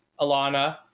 alana